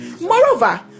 Moreover